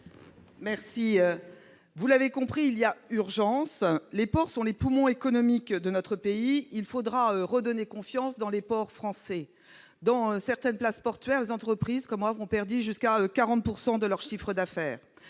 réplique. Vous l'avez compris, il y a urgence ! Les ports sont les poumons économiques de notre pays. Il faudra redonner confiance dans les ports français. Dans certaines places portuaires, les entreprises ont perdu jusqu'à 40 % de leur chiffre d'affaires.